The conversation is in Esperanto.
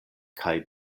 kaj